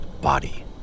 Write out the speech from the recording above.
body